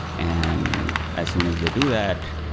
and as soon as they do that,